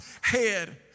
head